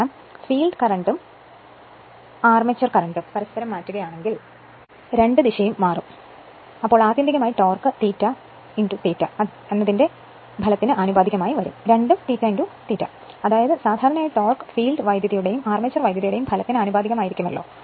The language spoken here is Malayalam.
കാരണം ഫീൽഡ് കറന്റും കറന്റ് ആർമേച്ചർ കറന്റും പരസ്പരം മാറ്റുകയാണെങ്കിൽ രണ്ട് ദിശയും മാറും അതിനാൽ ആത്യന്തികമായി ടോർക്ക് ∅∅ ന് ആനുപാതികമാണ് രണ്ടും ∅∅ അതായത് സാധാരണയായി ടോർക്ക് ഫീൽഡ് കറന്റിന്റെയും ആർമേച്ചർ കറന്റിന്റെയും ഫലത്തിന് ആനുപാതികമാണ്